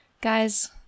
Guys